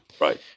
Right